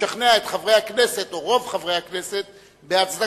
לשכנע את חברי הכנסת או רוב חברי הכנסת בהצדקתם.